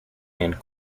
and